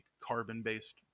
carbon-based